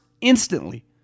instantly